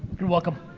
you're welcome.